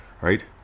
Right